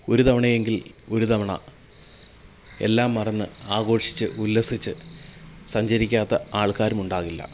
ഒരു തവണയെങ്കിൽ ഒരുതവണ എല്ലാം മറന്ന് ആഘോഷിച്ച് ഉല്ലസിച്ച് സഞ്ചരിക്കാത്ത ആൾക്കാരും ഉണ്ടാവില്ല